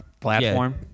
platform